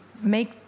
make